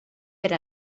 per